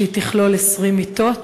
שתכלול 20 מיטות.